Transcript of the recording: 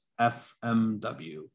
FMW